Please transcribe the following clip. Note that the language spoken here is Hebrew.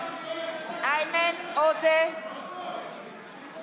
ואם ילד מתלונן שכואבת לו הבטן,